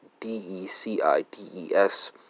D-E-C-I-D-E-S